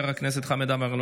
חבר הכנסת חמד עמאר,